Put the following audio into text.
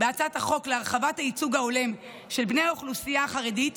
בהצעת החוק להרחבת הייצוג ההולם של בני האוכלוסייה החרדית